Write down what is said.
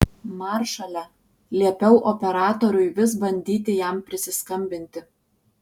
maršale liepiau operatoriui vis bandyti jam prisiskambinti